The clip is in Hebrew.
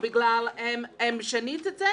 בגלל שהם שינו את זה.